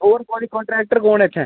होर थुआढ़ी कांट्रैक्टर कु'न ऐ इत्थै